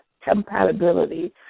compatibility